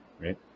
right